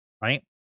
right